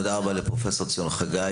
תודה רבה לפרופ' ציון חגי.